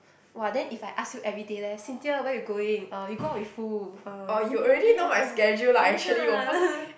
!wah! then if I ask you everyday leh Cynthia where you going uh you go out with who uh ya